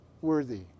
worthy